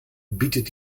bietet